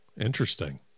Interesting